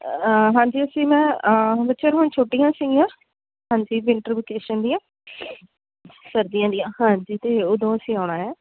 ਹਾਂ ਹਾਂਜੀ ਅਸੀਂ ਮੈਂ ਬੱਚਿਆਂ ਨੂੰ ਛੁੱਟੀਆਂ ਸੀਗੀਆਂ ਹਾਂਜੀ ਵਿੰਟਰ ਵੀਕੇਸ਼ਨ ਦੀਆਂ ਸਰਦੀਆਂ ਦੀਆਂ ਹਾਂਜੀ ਅਤੇ ਉਦੋਂ ਅਸੀਂ ਆਉਣਾ